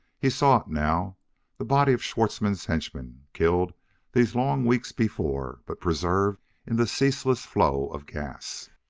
he saw it now the body of schwartzmann's henchman, killed these long weeks before but preserved in the ceaseless flow of gas.